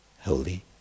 Holy